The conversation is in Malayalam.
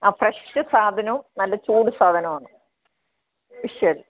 ആ ഫ്രഷ് സാധനവും നല്ല ചൂട് സാധനവും ആണ് ശരി